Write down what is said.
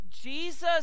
Jesus